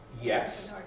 Yes